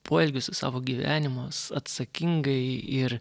poelgius į savo gyvenimus atsakingai ir